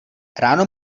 ráno